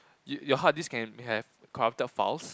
your hard disk can may have corrupted files